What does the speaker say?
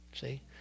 See